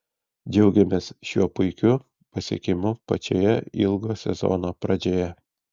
džiaugiamės šiuo puikiu pasiekimu pačioje ilgo sezono pradžioje